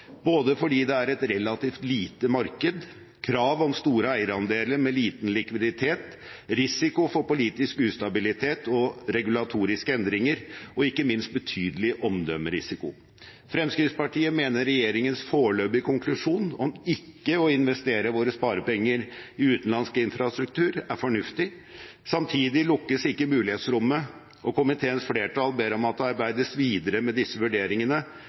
både fordi det er et relativt lite marked, krav om store eierandeler med liten likviditet, risiko for politisk ustabilitet og regulatoriske endringer og ikke minst en betydelig omdømmerisiko. Fremskrittspartiet mener regjeringens foreløpige konklusjon om ikke å investere våre sparepenger i utenlandsk infrastruktur er fornuftig. Samtidig lukkes ikke mulighetsrommet, og komiteens flertall ber om at det arbeides videre med disse vurderingene